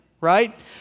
right